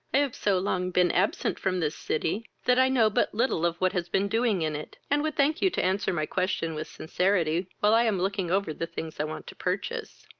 i have so long been absent from this city, that i know but little of what has been doing in it, and would thank you to answer my question with sincerity, while i am looking over the things i want to purchase.